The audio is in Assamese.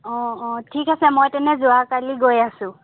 অ অ ঠিক আছে মই তেনে যোৱাকালি গৈ আছোঁ